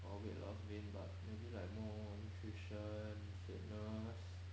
or weight loss vain but maybe like more nutrition fitness